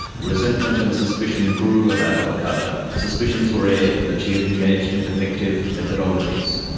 resentment and suspicion grew about obokata. suspicions were aired that she had engaged in defective methodologies.